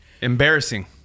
Embarrassing